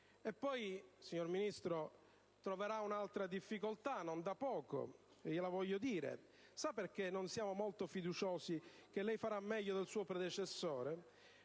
Ma lei, signor Ministro, incontrerà un'altra difficoltà non da poco. Sa perché non siamo molto fiduciosi che lei farà meglio del suo predecessore?